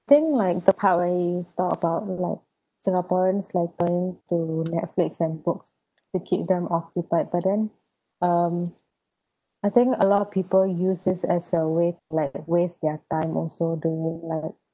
think like the part where you talk about like singaporeans like turning to netflix and books to keep them occupied but then um I think a lot of people use this as a way to like waste their time also during like